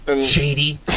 Shady